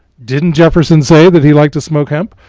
didn't jefferson say that he liked to smoke hemp?